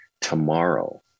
tomorrow